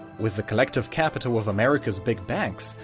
with the collective capital of america's big banks,